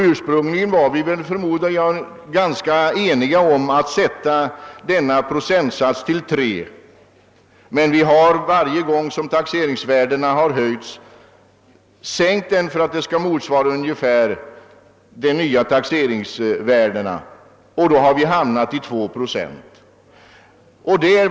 Ursprungligen var vi förmodligen ganska eniga om procenttalet 3, men varje gång taxeringsvärdena höjts har procenttalet sänkts så att det ungefär kompenserat de nya taxeringsvärdena, och därför har vi numera fått procenttalet 2.